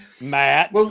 Matt